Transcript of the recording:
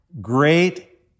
Great